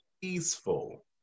peaceful